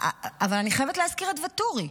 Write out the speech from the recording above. אבל אני חייבת להזכיר את ואטורי.